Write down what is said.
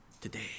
today